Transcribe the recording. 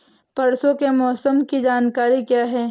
परसों के मौसम की जानकारी क्या है?